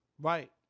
Right